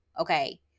okay